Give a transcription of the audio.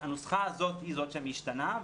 הנוסחה הזאת היא זאת שמשתנה,